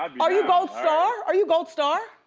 um are you goldstar, are you goldstar?